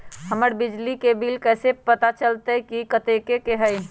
हमर बिजली के बिल कैसे पता चलतै की कतेइक के होई?